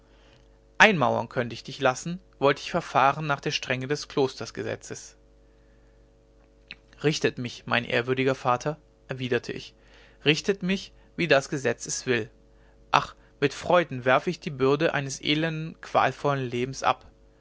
einmauern könnte ich dich lassen wollte ich verfahren nach der strenge des klostergesetzes richtet mich mein ehrwürdiger vater erwiderte ich richtet mich wie das gesetz es will ach mit freuden werfe ich die bürde eines elenden qualvollen lebens ab